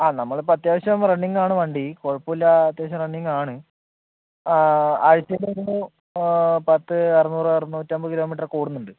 ആ നമ്മളിപ്പോൾ അത്യാവശ്യം റണ്ണിങ്ങാണ് വണ്ടി കുഴപ്പമില്ല അത്യാവശ്യം റണിങ്ങാണ് ആഴ്ച്ചേയിൽ ഒരു പത്തു അറുന്നൂർ അറുനൂറ്റിയന്പത് കിലോമീറ്റര് ഒക്കെ ഓടുന്നുണ്ട്